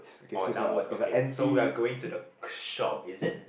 or downwards okay so we're going to the k~ shop is it